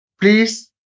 Please